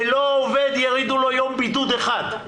ולא יורידו לעובד יום בידוד אחד.